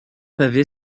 pavée